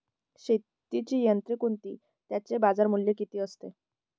शेतीची यंत्रे कोणती? त्याचे बाजारमूल्य किती असते?